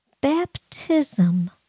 Baptism